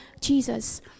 Jesus